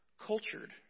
Cultured